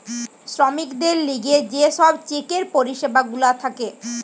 শ্রমিকদের লিগে যে সব চেকের পরিষেবা গুলা থাকে